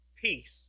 peace